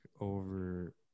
over